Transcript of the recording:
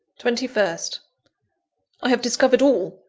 twenty first i have discovered all!